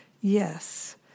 Yes